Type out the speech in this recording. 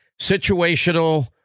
situational